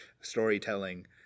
storytelling